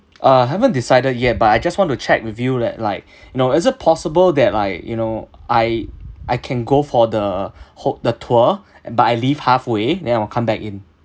uh haven't decided yet but I just want to check with you li~ like you know is it possible that like you know I I can go for the ho~ the tour uh but I leave halfway then I'll come back in